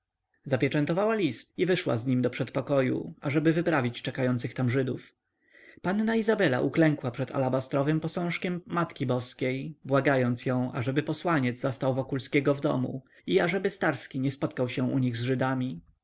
zapieczętowała list i wyszła z nim do przedpokoju ażeby wyprawić czekających tam żydów panna izabela uklękła przed alabastrowym posążkiem matki boskiej błagając ją ażeby posłaniec zastał wokulskiego w domu i ażeby starski nie spotkał się u nich z żydami